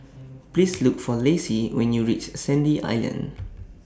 Please Look For Lacey when YOU REACH Sandy Island